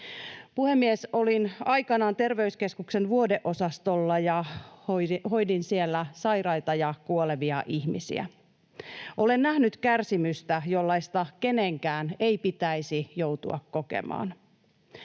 Puhemies! Olin aikanaan terveyskeskuksen vuodeosastolla ja hoidin siellä sairaita ja kuolevia ihmisiä. Olen nähnyt kärsimystä, jollaista kenenkään ei pitäisi joutua kokemaan.